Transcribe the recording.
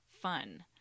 fun